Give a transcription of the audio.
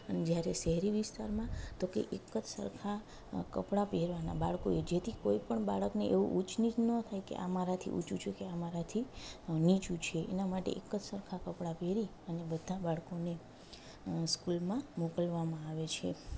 અને જ્યારે શહેરી વિસ્તારમાં તો કે એક જ સરખાં કપડાં પહેરવાના બાળકોએ જેથી કોઈપણ બાળકને એવું ઉચ્ચ નીચ ન થાય કે આ મારાથી ઊચું છે કે આ મારાથી નીચું છે એના માટે એક જ સરખાં કપડાં પહેરી અને બધા બાળકોને સ્કૂલમાં મોકલવામાં આવે છે